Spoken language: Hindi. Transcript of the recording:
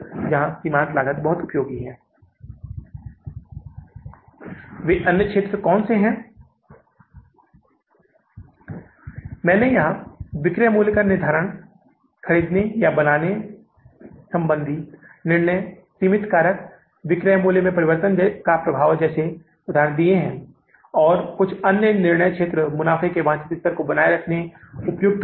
तो जून के महीने के लिए नकद शेष राशि 25000 डॉलर है यह माफ कीजिए बन जाएगा यह जुलाई के महीने के लिए शुरुआती नकदी शेष के रूप में बन जाएगा और यह कितना है 25000 डॉलर ठीक है न्यूनतम वांछित नकदी फिर से 25000 डॉलर है जिसे हमें न्यूनतम नकदी शेष के रूप में रखना होगा